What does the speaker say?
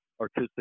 artistic